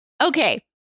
Okay